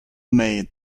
may